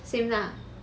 same lah